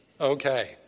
Okay